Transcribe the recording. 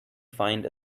find